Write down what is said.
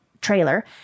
trailer